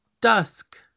dusk